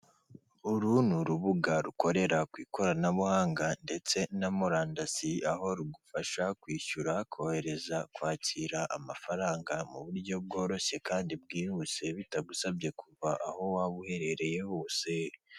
Uru ni urubuga rukorera ku ikoranabuhanga ndetse na murandasi, aho rugufasha kwishyura, kohereza, kwakira amafaranga mu buryo bworoshye kandi bwihuse, bitagusabye kuva aho waba uherereye hose.